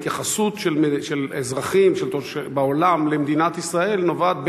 ההתייחסות של אזרחים בעולם למדינת ישראל נובעת,